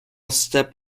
step